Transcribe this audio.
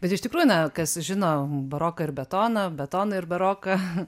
bet iš tikrųjų na kas žino baroką ir betoną betoną ir baroką